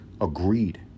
agreed